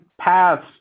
paths